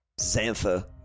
Xantha